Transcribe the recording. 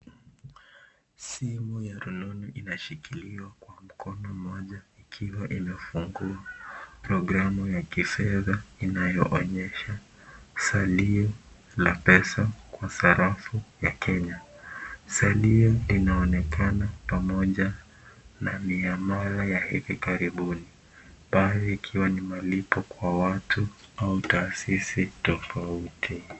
Simu ya rununu inashikiliwa kwa mkono mmoja ikiwa imefungua programu ya kifedha inayoonyesha zalio la pesa kwa sarafu ya kenya. Zalio linaonekana pamoja na vya mawe ya hivi karibuni pale ikiwa ni malipo kwa watu au taasisi tofauti.